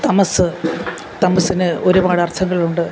തമസ്സ് തമസ്സിന് ഒരുപാട് അര്ത്ഥങ്ങളുണ്ട്